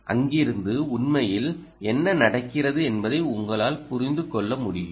அங்கிருந்து உண்மையில் என்ன நடக்கிறது என்பதை உங்களால் புரிந்து கொள்ள முடியும்